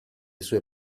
sue